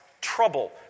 trouble